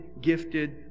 gifted